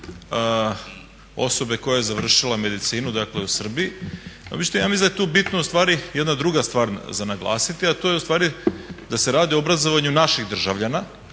osobe koja je završila medicinu dakle u Srbiji. Međutim, ja mislim da je tu bitna ustvari jedna druga stvar za naglasiti a to je ustvari da se radi o obrazovanju naših državljana,